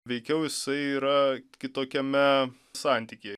veikiau jisai yra kitokiame santykyje